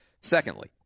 Secondly